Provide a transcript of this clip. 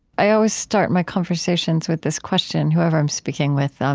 i always start my conversations with this question, whoever i'm speaking with. um